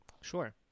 Sure